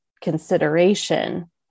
consideration